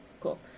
Cool